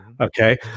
Okay